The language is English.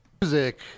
Music